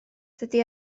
dydy